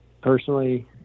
personally